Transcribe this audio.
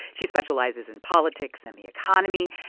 she specializes in politics and the economy.